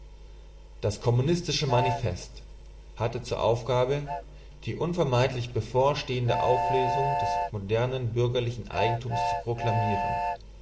das kommunistische manifest hatte zur aufgabe die unvermeidlich bevorstehende auflösung des modernen bürgerlichen eigentums zu proklamieren